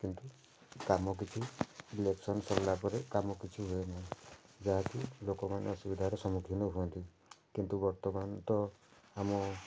କିନ୍ତୁ କାମ କିଛି ଇଲେକ୍ସନ୍ ସରିଲା ପରେ କାମ କିଛି ହୁଏ ନାହିଁ ଯାହା କି ଲୋକମାନେ ଅସୁବିଧାର ସମ୍ମୁଖୀନ ହୁଅନ୍ତି କିନ୍ତୁ ବର୍ତ୍ତମାନ ତ ଆମ